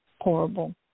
horrible